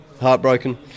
heartbroken